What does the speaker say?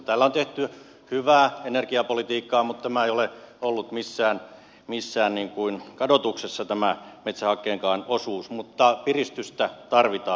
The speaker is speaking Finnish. täällä on tehty hyvää energiapolitiikkaa tämä metsähakkeenkaan osuus ei ole ollut missään kadotuksessa mutta piristystä tarvitaan